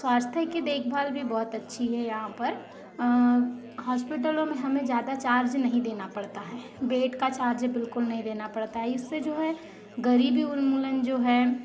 स्वास्थ्य की देखभाल भी बहुत अच्छी है यहाँ पर हॉस्पिटलों में हमें ज़्यादा चार्ज नहीं देना पड़ता है बेड का चार्ज है बिलकुल नहीं देना पड़ता है इससे जो है गरीबी उन्मूलन जो है